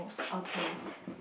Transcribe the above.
okay